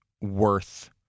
worth